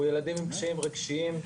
ילדים עם קשיים רגשיים,